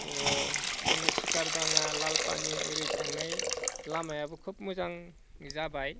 जोंनि सिकारदाङा लालपानि ओरै थांनाय लामायाबो खुब मोजां जाबाय